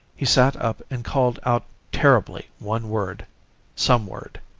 he sat up and called out terribly one word some word.